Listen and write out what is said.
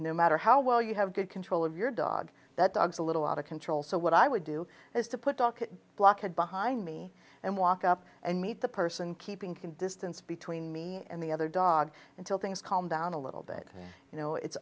no matter how well you have good control of your dog that dog's a little out of control so what i would do is to put block had behind me and walk up and meet the person keeping can distance between me and the other dog until things calm down a little bit you know it's